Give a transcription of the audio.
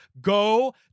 Go